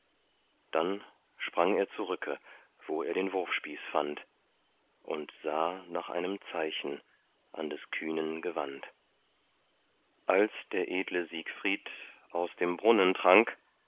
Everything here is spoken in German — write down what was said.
dann sprang er zurücke wo er den wurfspieß fand und sah nach einem zeichen an des kühnen gewand als der edle siegfried aus dem brunnen trank